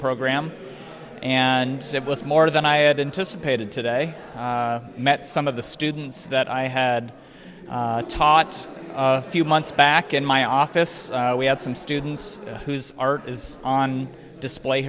program and it was more than i had anticipated today met some of the students that i had taught few months back in my office we had some students whose art is on display